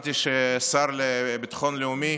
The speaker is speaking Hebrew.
והבנתי שהשר לביטחון לאומי